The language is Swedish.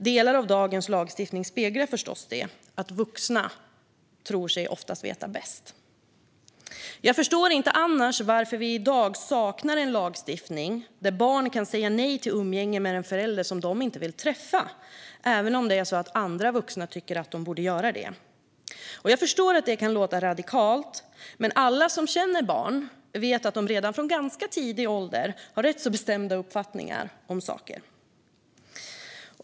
Delar av dagens lagstiftning speglar förstås detta: Vuxna tror sig oftast veta bäst. Jag förstår inte annars varför vi i dag saknar en lagstiftning där barn kan säga nej till umgänge med en förälder som de inte vill träffa, även om det är så att andra vuxna tycker att de borde göra det. Jag förstår att det kan låta radikalt, men alla som känner barn vet att de redan från ganska tidig ålder har rätt bestämda uppfattningar om saker.